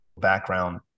background